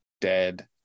dead